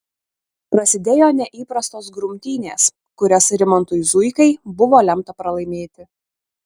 prasidėjo neįprastos grumtynės kurias rimantui zuikai buvo lemta pralaimėti